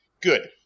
Good